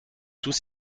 tous